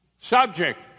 subject